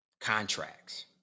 contracts